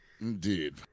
Indeed